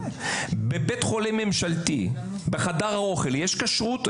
בבית חולים ממשלתי בחדר האוכל, יש כשרות?